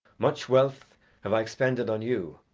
much wealth have i expended on you,